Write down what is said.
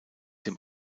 dem